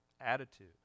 attitude